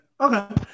Okay